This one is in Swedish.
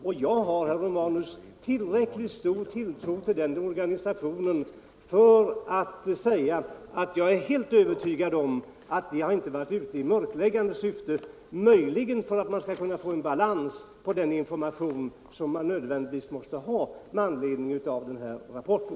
Och jag har, herr Romanus, tillräckligt stor tilltro till den organisationen för att kunna säga att jag är helt övertygad om att förbundet inte har varit ute i mörkläggande syfte. Möjligen är avsikten att man skall få en balans på den information som måste ges med anledning av dessa rapporter.